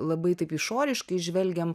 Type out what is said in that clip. labai taip išoriškai žvelgiam